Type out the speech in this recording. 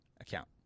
account